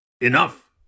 Enough